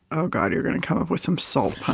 oh god, you're going to come up with some salt pun